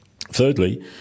Thirdly